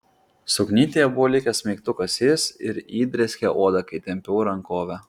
suknytėje buvo likęs smeigtukas jis ir įdrėskė odą kai tempiau rankovę